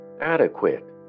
adequate